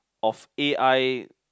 of a_i